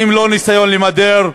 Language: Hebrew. לא ניסיון למדר?